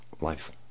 life